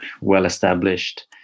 well-established